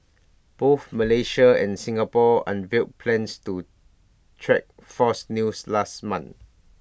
both Malaysia and Singapore unveiled plans to track false news last month